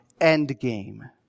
endgame